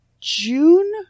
June